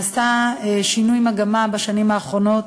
יש שינוי מגמה בשנים האחרונות.